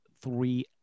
three